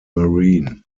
marine